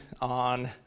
on